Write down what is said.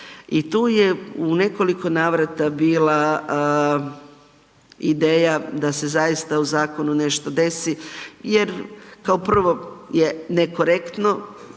i tu je u nekoliko navrata bila ideja da se zaista u zakonu nešto desi jer kao prvo je nekorektno,